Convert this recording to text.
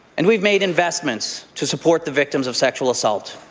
and we've made investments to support the victims of sexual assault.